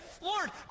Lord